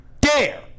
dare